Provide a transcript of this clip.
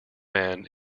man